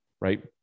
right